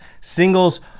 singles